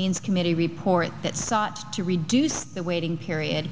means committee report that sought to reduce the waiting period